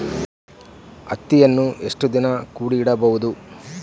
ಹತ್ತಿಯನ್ನು ಎಷ್ಟು ದಿನ ಕೂಡಿ ಇಡಬಹುದು?